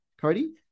Cody